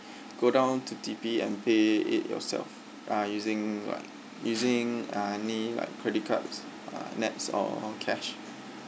go down to T_P and pay it yourself uh using like using uh any credit cards uh nets or cash